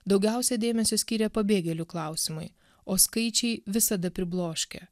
daugiausiai dėmesio skiria pabėgėlių klausimui o skaičiai visada pribloškia